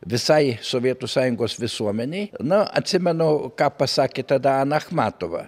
visai sovietų sąjungos visuomenei na atsimenu ką pasakė tada ana achmatova